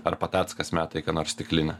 ar patackas meta į ką nors stiklinę